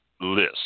list